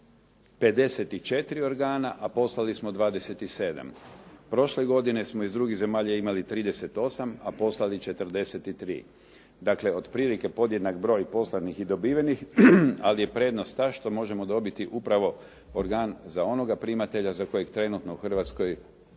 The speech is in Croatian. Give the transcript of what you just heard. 54 organa, a poslali smo 27. prošle godine smo iz drugih zemalja imali 38, a poslali 43. Dakle, otprilike podjednak broj poslanih i dobivenih, ali je prednost ta što možemo dobiti upravo organ za onoga primatelja za kojega trenutno u Hrvatskoj